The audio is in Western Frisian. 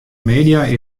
media